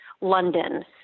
London